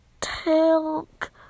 Talk